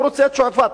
הוא רוצה את שועפאט.